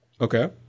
Okay